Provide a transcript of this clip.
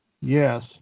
Yes